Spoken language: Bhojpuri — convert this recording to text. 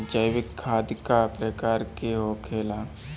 जैविक खाद का प्रकार के होखे ला?